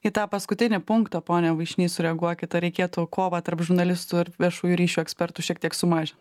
į tą paskutinį punktą pone vaišny sureaguokit ar reikėtų kovą tarp žurnalistų ir viešųjų ryšių ekspertų šiek tiek sumažin